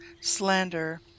slander